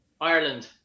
Ireland